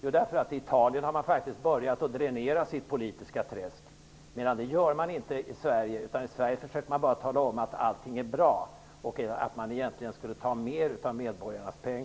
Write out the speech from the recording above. Jo, därför att man i Italien faktiskt har börjat att dränera sitt politiska träsk. Men det gör man inte i Sverige, utan man försöker bara tala om att allting är bra och att man egentligen borde ta mer utav medborgarnas pengar.